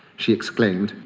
she exclaimed,